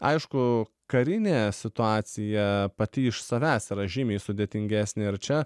aišku karinė situacija pati iš savęs yra žymiai sudėtingesnė ir čia